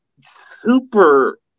Super